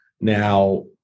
now